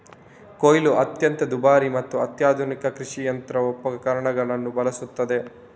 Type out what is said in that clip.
ಕೊಯ್ಲು ಅತ್ಯಂತ ದುಬಾರಿ ಮತ್ತು ಅತ್ಯಾಧುನಿಕ ಕೃಷಿ ಯಂತ್ರೋಪಕರಣಗಳನ್ನು ಬಳಸುತ್ತದೆ